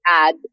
add